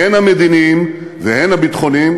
הן המדיניים והן הביטחוניים.